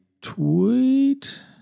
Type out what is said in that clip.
tweet –